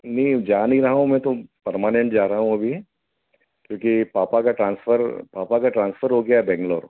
नहीं जा नहीं रहा हूँ मैं तो परमानेंट जा रहा हूँ अभी क्योंकि पापा का ट्रांसफर पापा का ट्रांसफर हो गया बैंगलोर